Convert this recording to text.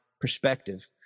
perspective